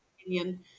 opinion